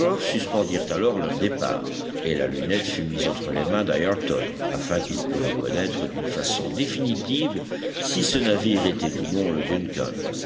suspendirent alors leur départ et la lunette fut mise entre les mains d'ayrton afin qu'il pût reconnaître d'une façon définitive si ce navire était ou non le